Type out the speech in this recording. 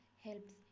helps